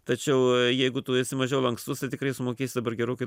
tačiau jeigu tu esi mažiau lankstus tai tikrai sumokėsi dabar gerokai